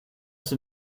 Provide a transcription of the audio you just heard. also